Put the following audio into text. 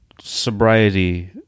sobriety